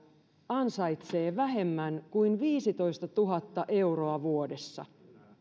ansaitsee vähemmän kuin viisitoistatuhatta euroa vuodessa